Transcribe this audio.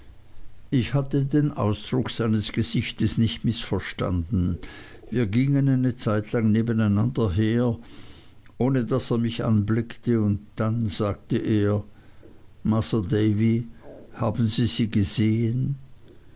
ich hatte den ausdruck seines gesichtes nicht mißverstanden wir gingen eine zeitlang nebeneinander her ohne daß er mich anblickte und dann sagte er masr davy haben sie sie gesehen